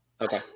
okay